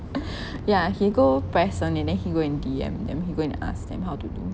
yeah he go press on it then he go and D_M them he go and ask them how to do